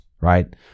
right